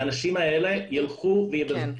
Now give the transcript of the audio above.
האנשים האלה ילכו ויבזבזו.